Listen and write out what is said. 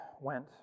went